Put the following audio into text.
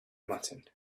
muttered